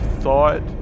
thought